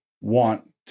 want